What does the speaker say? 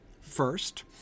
first